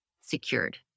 secured